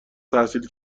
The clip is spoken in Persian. تحصیل